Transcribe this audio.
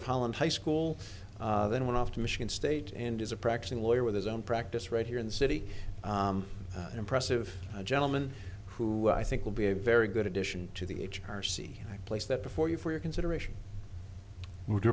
holland high school then went off to michigan state and as a practicing lawyer with his own practice right here in the city an impressive gentleman who i think will be a very good addition to the h r c place that before you for your consideration moved